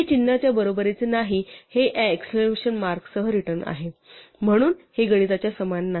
हे चिन्हाच्या बरोबरीचे नाही हे या एक्सकॅलॅमशन मार्क सह रिटर्न आहे म्हणून हे गणिताच्या समान नाही